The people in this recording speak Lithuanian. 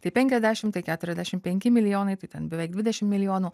tai penkiasdešim tai keturiasdešim penki milijonai tai ten beveik dvidešim milijonų